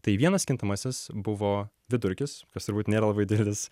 tai vienas kintamasis buvo vidurkis kas turbūt nėra labai didelis